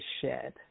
shed